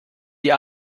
die